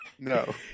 no